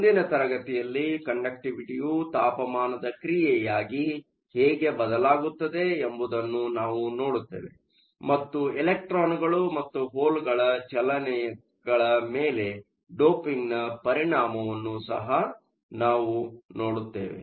ಮುಂದಿನ ತರಗತಿಯಲ್ಲಿ ಕಂಡಕ್ಟಿವಿಟಿಯು ತಾಪಮಾನದ ಕ್ರಿಯೆಯಾಗಿ ಹೇಗೆ ಬದಲಾಗುತ್ತದೆ ಎಂಬುದನ್ನು ನಾವು ನೋಡುತ್ತೇವೆ ಮತ್ತು ಎಲೆಕ್ಟ್ರಾನ್ಗಳು ಮತ್ತು ಹೋಲ್ಗಳ ಚಲನಗಳ ಮೇಲೆ ಡೋಪಿಂಗ್ನ ಪರಿಣಾಮವನ್ನು ಸಹ ನಾವು ನೋಡುತ್ತೇವೆ